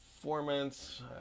performance